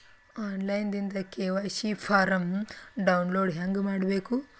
On line ದಿಂದ KYC form download ಹೇಂಗ ಮಾಡಬೇಕು?